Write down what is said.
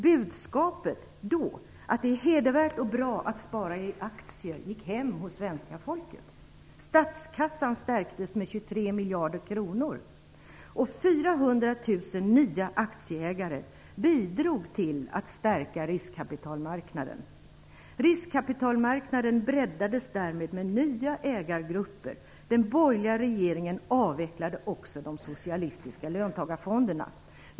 Budskapet att det är hedervärt och bra att spara i aktier gick hem hos svenska folket. Statskassan stärktes med 23 miljarder kronor, och 400 000 nya aktieägare bidrog till att stärka riskkapitalmarknaden. Riskkapitalmarknaden breddades därmed med nya ägargrupper. Den borgerliga regeringen avvecklade också de socialistiska löntagarfonderna.